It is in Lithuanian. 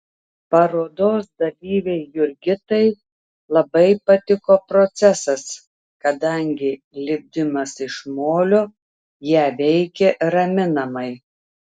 parodos dalyvei jurgitai labai patiko procesas kadangi lipdymas iš molio ją veikė raminamai